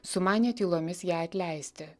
sumanė tylomis ją atleisti